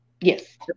Yes